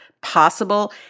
possible